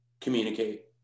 communicate